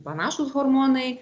panašūs hormonai